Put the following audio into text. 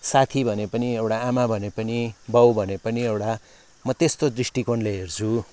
साथी भने पनि एउटा आमा भने पनि बाउ भने पनि एउटा म त्यस्तो दृष्टिकोणले हेर्छु